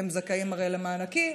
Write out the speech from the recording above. הם זכאים הרי למענקים,